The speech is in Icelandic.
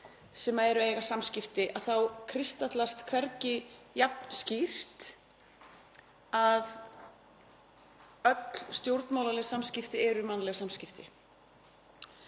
sem eigi samskipti þá kristallast hvergi jafn skýrt að öll stjórnmálaleg samskipti eru mannleg samskipti.